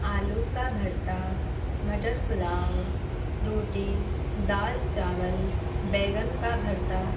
آلو کا بھرتا مٹر پلاؤ روٹی دال چاول بیگن کا بھرتا